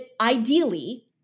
ideally